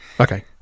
Okay